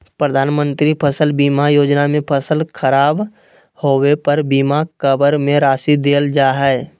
प्रधानमंत्री फसल बीमा योजना में फसल खराब होबे पर बीमा कवर में राशि देल जा हइ